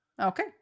Okay